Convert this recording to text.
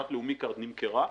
חברת לאומי כארד נמכרה.